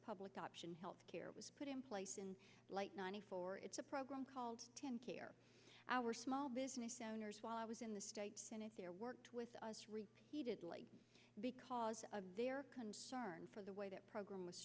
public option health care was put in place in late ninety four it's a program called tenn care our small business owners while i was in the state senate there worked with us repeatedly because of their concern for the way that program was